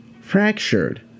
fractured